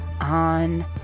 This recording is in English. on